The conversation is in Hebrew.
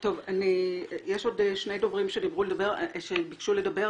יש עוד שני דוברים שביקשו לדבר.